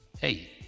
Hey